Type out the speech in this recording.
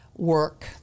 Work